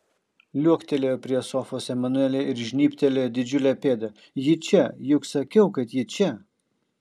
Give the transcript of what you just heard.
liuoktelėjo prie sofos emanuelė ir žnybtelėjo didžiulę pėdą ji čia juk sakiau kad ji čia